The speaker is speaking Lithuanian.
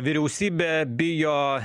vyriausybė bijo